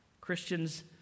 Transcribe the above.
Christians